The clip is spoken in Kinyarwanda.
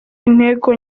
intego